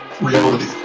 reality